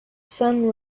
sun